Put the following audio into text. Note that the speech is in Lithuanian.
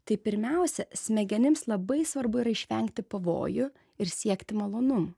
tai pirmiausia smegenims labai svarbu yra išvengti pavojų ir siekti malonumų